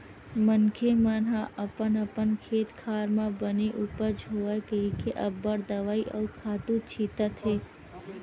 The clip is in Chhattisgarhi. मनखे मन ह अपन अपन खेत खार म बने उपज होवय कहिके अब्बड़ दवई अउ खातू छितत हे